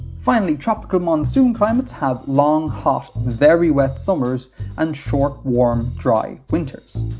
finally, tropical monsoon climates have long, hot, very wet summers and short, warm, dry winters.